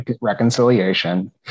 reconciliation